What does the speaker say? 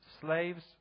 Slaves